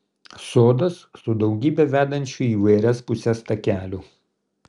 sodas su daugybe vedančių į įvairias puses takelių